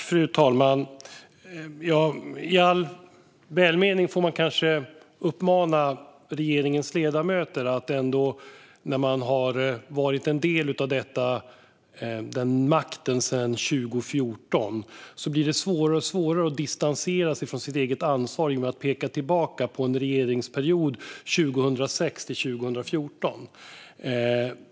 Fru talman! I all välmening får man kanske påpeka för regeringens medlemmar att det när man har varit en del av makten sedan 2014 blir svårare och svårare att distansera sig från det egna ansvaret genom att peka på regeringsperioden 2006-2014.